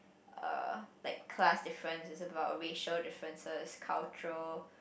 uh like class difference is about racial differences cultural